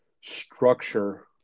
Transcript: structure